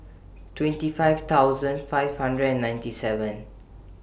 twenty five thousand five hundred and ninety seven